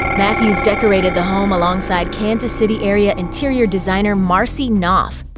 matthews decorated the home alongside kansas city-area interior designer marci knoff.